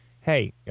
hey